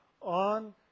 on